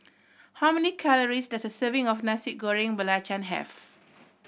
how many calories does a serving of Nasi Goreng Belacan have